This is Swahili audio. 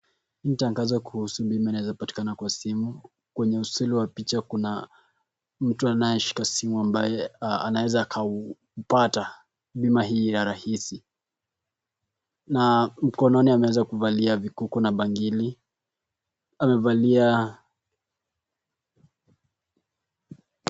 Hii ni tangazo kuhusu bima inayoweza patikana kwa simu kwenye usuli wa picha kuna mtu anayeshika simu ambaye anaeza akaupata bima hii ya rahisi na mkononi ameweza kuvalia vikuku na bangili, amevalia.